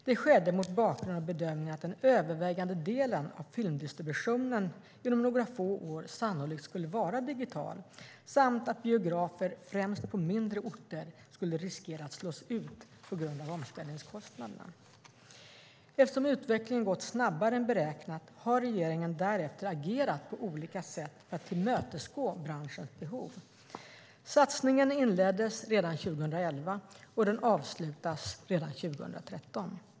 Det skedde mot bakgrund av bedömningen att den övervägande delen av filmdistributionen inom några få år sannolikt skulle vara digital samt att biografer främst på mindre orter skulle riskera att slås ut på grund av omställningskostnaderna. Eftersom utvecklingen gått snabbare än beräknat har regeringen därefter agerat på olika sätt för att tillmötesgå branschens behov. Satsningen inleddes redan 2011 och avslutas redan 2013.